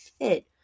fit